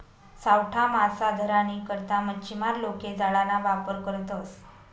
सावठा मासा धरानी करता मच्छीमार लोके जाळाना वापर करतसं